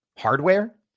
hardware